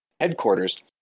Headquarters